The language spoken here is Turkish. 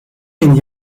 yeni